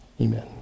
amen